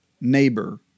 neighbor